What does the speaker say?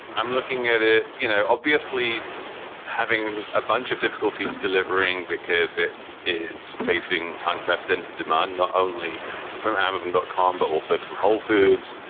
i'm looking at it. you know, obviously having a bunch of difficulty delivering because it is facing unprecedented demand, not only from amazon dot com, but also from whole foods.